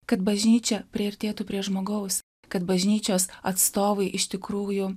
kad bažnyčia priartėtų prie žmogaus kad bažnyčios atstovai iš tikrųjų